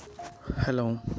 Hello